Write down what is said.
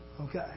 okay